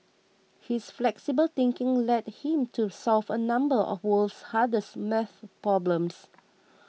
his flexible thinking led him to solve a number of the world's hardest math problems